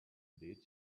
did